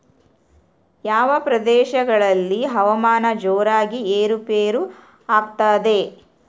ಯಾವ ಪ್ರದೇಶಗಳಲ್ಲಿ ಹವಾಮಾನ ಜೋರಾಗಿ ಏರು ಪೇರು ಆಗ್ತದೆ?